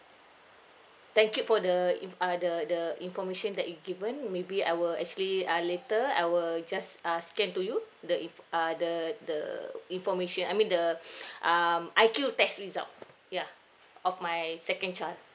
thank you for the inf~ uh the the information that is given maybe I will actually err later I will just uh scan to you the inf~ uh the the information I mean the um I_Q test result yeah of my second child